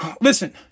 Listen